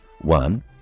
one